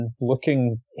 Looking